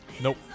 Nope